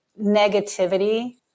Negativity